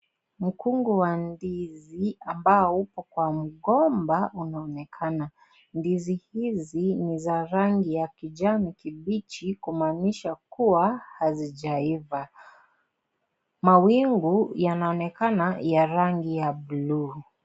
Mkungu wa ndizi ambao upo kwa mgomba unaonekana. Ndizi hizi ni za rangi ya kijani kibichi kumaanisha kuwa hazijaiva. Mawingu yanaonekana ya rangi ya bluu.